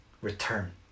Return